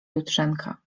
jutrzenka